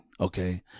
okay